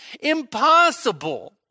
impossible